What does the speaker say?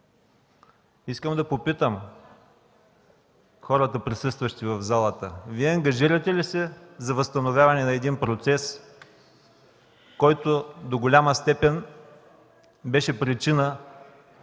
Искам да попитам хората, присъстващи в залата: Вие ангажирате ли се за възстановяване на един процес, който до голяма степен беше причина